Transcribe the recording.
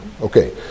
Okay